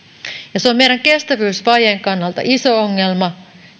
se on meidän kestävyysvajeen kannalta iso ongelma